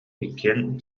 иккиэн